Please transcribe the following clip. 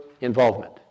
involvement